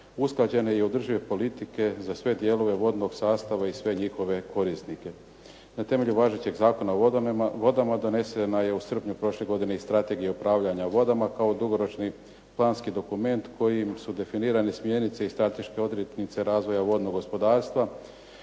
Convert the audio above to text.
usklađene i održive politike za sve dijelove vodnog sastava i sve njihove korisnike. Na temelju važećeg Zakona o vodama donesena je u srpnju prošle godine i Strategija upravljanja vodama kao dugoročni planski dokument kojim su definirane smjernice i strateške odrednice razvoja vodnog gospodarstva.